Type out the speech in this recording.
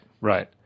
Right